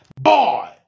Boy